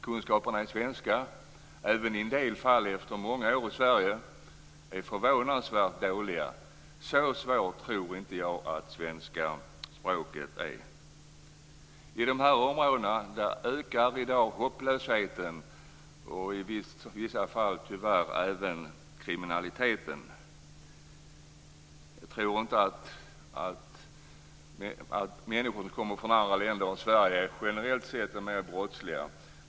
Kunskaperna i svenska, i en del fall även efter många år i Sverige, är förvånansvärt dåliga. Så svårt tror inte jag att svenska språket är. I dessa områden ökar i dag hopplösheten och i vissa fall, tyvärr, även kriminaliteten. Jag tror inte att människor som kommer från andra länder än Sverige generellt sett är mer brottsliga.